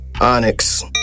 Onyx